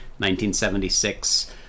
1976